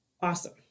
awesome